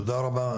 תודה רבה.